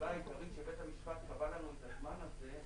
שהסיבה העיקרית לכך שבית המשפט קבע לנו את הזמן הזה,